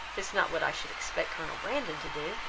is not what i should expect colonel brandon to do.